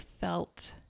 felt